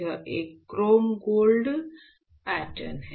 यह एक chrome gold pattern है